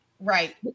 Right